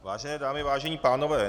Vážené dámy, vážení pánové.